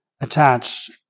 attached